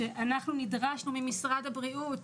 שאנחנו נדרשנו ממשרד הבריאות